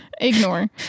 ignore